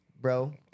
bro